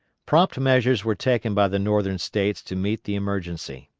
prompt measures were taken by the northern states to meet the emergency.